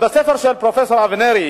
פרופסור אבנרי,